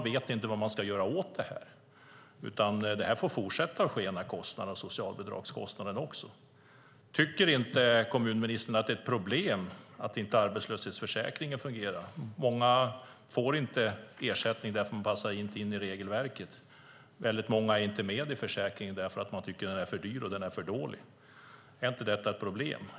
Man vet inte vad man ska göra åt det här utan socialbidragskostnaderna får fortsätta att skena. Tycker inte kommunministern att det är ett problem att inte arbetslöshetsförsäkringen fungerar? Många får inte ersättning därför att de inte passar in i regelverket. Väldigt många är inte med i försäkringen därför att de tycker att den är för dyr och för dålig. Är inte detta ett problem?